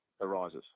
arises